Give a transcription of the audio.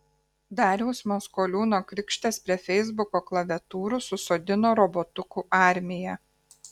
dariaus maskoliūno krikštas prie feisbuko klaviatūrų susodino robotukų armiją